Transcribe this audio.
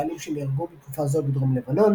חיילים שנהרגו בתקופה זו בדרום לבנון,